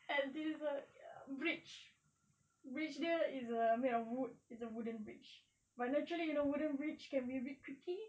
at this bridge bridge dia is a made of wood is a wooden bridge but naturally a wooden bridge can be a bit creaky